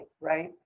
right